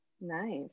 nice